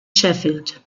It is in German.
sheffield